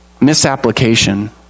Misapplication